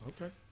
Okay